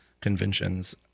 conventions